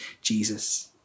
Jesus